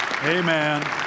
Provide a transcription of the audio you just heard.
Amen